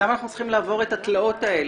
צריכים לעבור את התלאות האלה.